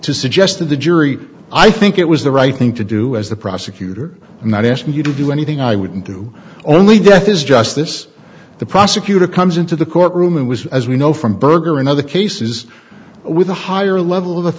to suggest to the jury i think it was the right thing to do as the prosecutor i'm not asking you to do anything i wouldn't do only death is just this the prosecutor comes into the courtroom and was as we know from berger in other cases with a higher level of